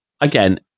Again